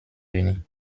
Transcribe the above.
unis